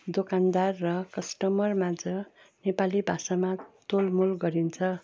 दोकानदार र कस्टमर माझ नेपाली भाषामा तोल मोल गरिन्छ